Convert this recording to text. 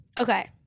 Okay